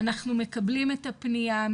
אנחנו מקבלים את הפנייה,